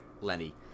Lenny